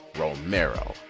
Romero